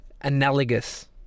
Analogous